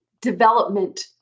development